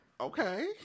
okay